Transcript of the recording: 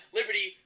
Liberty